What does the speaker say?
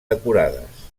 decorades